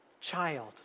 child